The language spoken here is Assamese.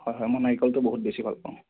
হয় হয় মই নাৰিকলটো বহুত বেছি ভাল পাওঁ